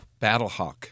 Battlehawk